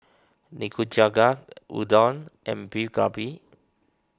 Nikujaga Gyudon and Beef Galbi